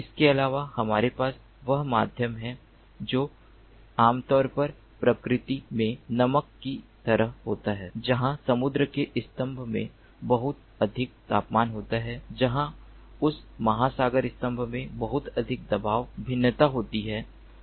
इसके अलावा हमारे पास वह माध्यम है जो आम तौर पर प्रकृति में नमक की तरह होता है जहां समुद्र के स्तंभ में बहुत अधिक तापमान होता है जहां उस महासागर स्तंभ में बहुत अधिक दबाव भिन्नता होती है